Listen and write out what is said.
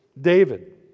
David